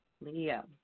Leo